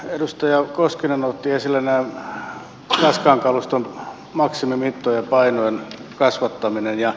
edustaja koskinen otti esille raskaan kaluston maksimimittojen ja painojen kasvattamisen